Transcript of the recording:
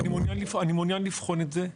אני מעוניין לבחון את זה.